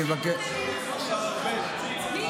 אין עשן בלי